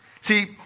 See